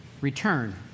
return